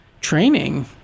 training